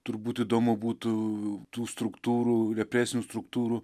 turbūt įdomu būtų tų struktūrų represinių struktūrų